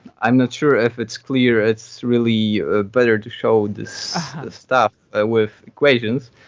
i'm not sure if it's clear. it's really yeah ah better to show this stuff ah with equations,